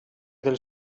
del